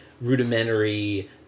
rudimentary